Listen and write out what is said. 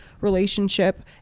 relationship